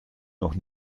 noch